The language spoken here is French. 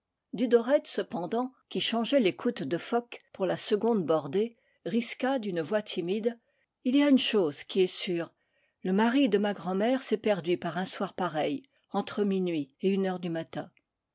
chœur dudored cependant qui changeait l'écoute de foc pour la seconde bordée risqua d'une voix timide il y a une chose qui est sûre le mari de ma grand'mère s'est perdu par un soir pareil entre minuit et une heure du matin